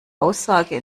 aussage